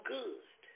good